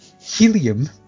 Helium